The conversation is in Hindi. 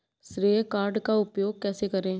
श्रेय कार्ड का उपयोग कैसे करें?